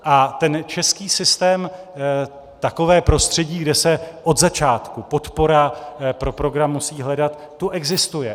A český systém takové prostředí, kde se od začátku podpora pro program musí hledat, tu existuje.